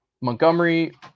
Montgomery